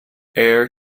heir